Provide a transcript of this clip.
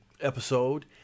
episode